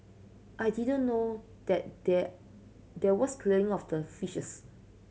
I didn't know that there was clearing of the fishes